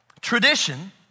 Tradition